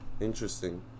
Interesting